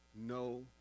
no